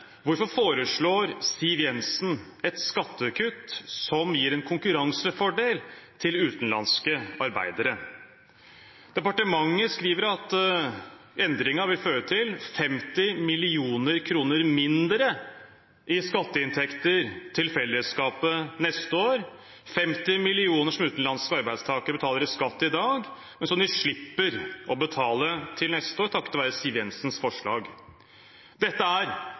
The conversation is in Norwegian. hvorfor foreslår Siv Jensen et skattekutt som gir en konkurransefordel til utenlandske arbeidere? Departementet skriver at endringen vil føre til 50 mill. kr mindre i skatteinntekter til fellesskapet neste år – 50 mill. kr som utenlandske arbeidstakere betaler i skatt i dag, men som de slipper å betale til neste år, takket være Siv Jensens forslag. Dette er